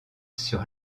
sur